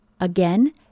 Again